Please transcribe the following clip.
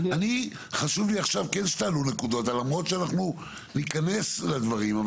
חשוב לי עכשיו כן שתעלו נקודות למרות שאנחנו ניכנס לדברים.